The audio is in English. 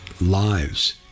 lives